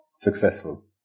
successful